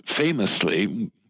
famously